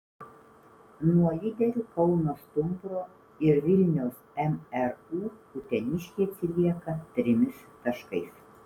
nuo lyderių kauno stumbro ir vilniaus mru uteniškiai atsilieka trimis taškais